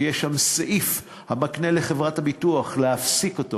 כי יש שם סעיף המקנה לחברת הביטוח אפשרות להפסיק אותו.